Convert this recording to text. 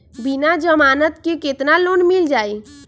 बिना जमानत के केतना लोन मिल जाइ?